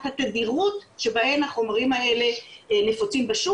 התדירות שבה החומרים האלה נפוצים בשוק.